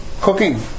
cooking